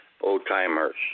old-timers